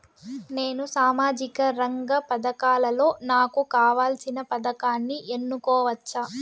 నేను సామాజిక రంగ పథకాలలో నాకు కావాల్సిన పథకాన్ని ఎన్నుకోవచ్చా?